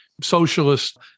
socialist